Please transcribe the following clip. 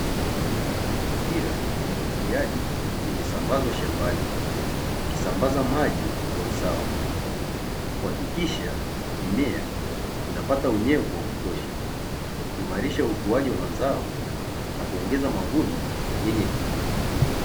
Mipira ya umwagiliaji imesambaza shambani, ikisambaza maji kwa usawa kuhakikisha mimea inapata unyevu wa kutosha ikiimarisha ukuaji wa mazao na kuongeza mavuno yenye tija.